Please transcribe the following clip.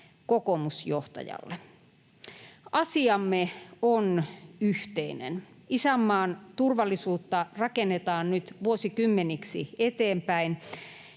kokoomusjohtajalle. Asiamme on yhteinen. Isänmaan turvallisuutta rakennetaan nyt vuosikymmeniksi eteenpäin,